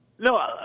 No